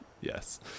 Yes